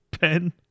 pen